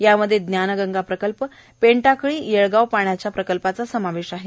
यामध्ये जानगंगा प्रकल्प पेनटाकळी येळगाव पाण्याचा प्रकल्पाचा समावेश आहे